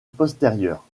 postérieure